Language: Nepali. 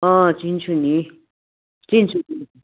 अँ चिन्छु नि चिन्छु चिन्छु